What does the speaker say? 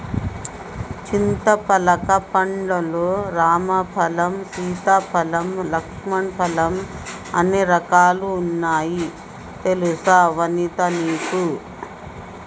చింతపలక పండ్లు లల్లో రామ ఫలం, సీతా ఫలం, లక్ష్మణ ఫలం అనే రకాలు వున్నాయి తెలుసా వనితా నీకు